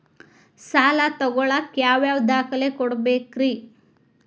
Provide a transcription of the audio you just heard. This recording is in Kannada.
ಸಾಲ ತೊಗೋಳಾಕ್ ಯಾವ ಯಾವ ದಾಖಲೆ ಕೊಡಬೇಕ್ರಿ?